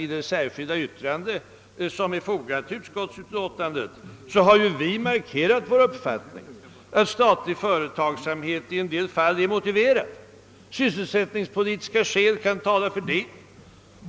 I det särskilda yttrande som är fogat till utskottsutlåtandet har vi markerat vår uppfattning att statlig företagsamhet i en del fall är motiverad; bland annat sysselsättningspolitiska skäl kan tala härför.